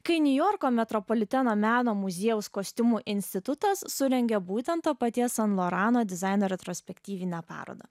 kai niujorko metropoliteno meno muziejaus kostiumų institutas surengė būtent to paties san lorano dizaino retrospektyvinę parodą